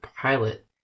pilot